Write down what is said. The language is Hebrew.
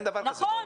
אין דבר כזה בעולם,